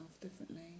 differently